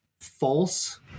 false